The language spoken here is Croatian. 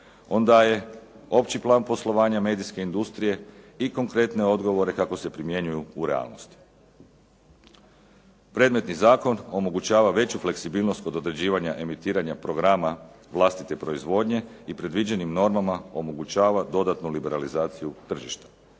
On daje opći plan poslovanja medijske industrije i konkretne odgovore kako se primjenjuju u realnosti. Predmetni zakon omogućava veću fleksibilnost kod određivanja emitiranja programa vlastite proizvodnje i predviđenim normama omogućava dodatnu liberalizaciju tržišta.